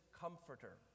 comforter